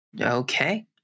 Okay